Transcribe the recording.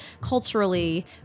culturally